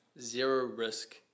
zero-risk